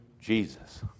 Jesus